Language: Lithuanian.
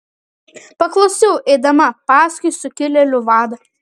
paklausiau eidama paskui sukilėlių vadą